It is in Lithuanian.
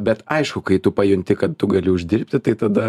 bet aišku kai tu pajunti kad tu gali uždirbti tai tada